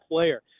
player